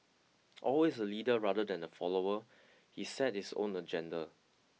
always a leader rather than a follower he set his own agenda